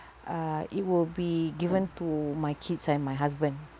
uh it will be given to my kids and my husband